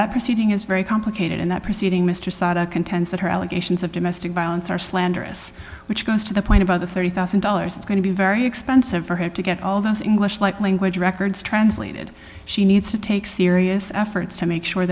that proceeding is very complicated and that proceeding mr sada contends that her allegations of domestic violence are slanderous which goes to the point about the thirty thousand dollars is going to be very expensive for her to get all those english like language records translated she needs to take serious efforts to make sure